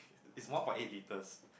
it's one point eight liters